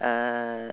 uh